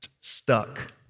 stuck